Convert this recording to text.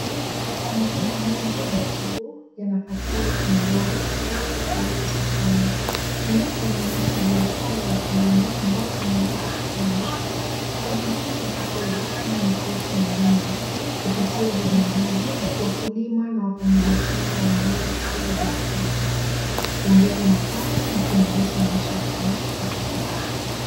Mabunda mengi ya vitunguu yanapakiwa kwenye lori tayari kupelekwa sokoni. Hii inaonesha biashara ya kilimo ambayo inaweza kufaidika na huduma za kifedha kama mikopo na bima. Kupitia huduma hizi, wakulima na wafanyibiashara wanaweza kukuza biashara zao. Kuongeza mapato na kuimarisha maisha yao ya kifedha.